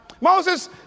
Moses